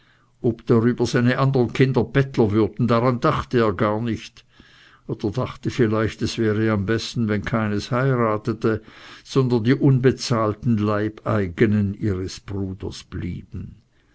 ob darüber seine andern kinder bettler würden daran dachte er gar nicht oder dachte vielleicht es wäre am besten wenn keines heiratete sondern die unbezahlten leibeigenen ihres bruders blieben